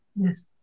Yes